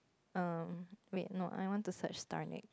um wait no I want to search darling